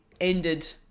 ended